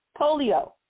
Polio